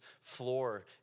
floor